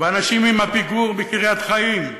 והאנשים עם הפיגור מקריית-חיים,